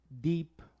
deep